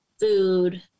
food